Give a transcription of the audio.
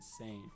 insane